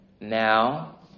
Now